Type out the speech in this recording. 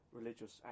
religious